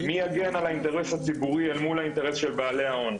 מי יגן על האינטרס הציבורי אל מול האינטרס של בעלי ההון?